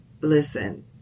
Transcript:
listen